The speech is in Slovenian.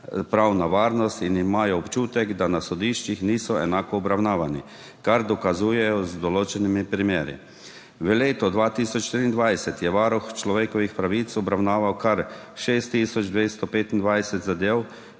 pravna varnost in imajo občutek, da na sodiščih niso enako obravnavani, kar dokazujejo z določenimi primeri. V letu 2023 je varuh človekovih pravic obravnaval kar 6 tisoč 225 zadev,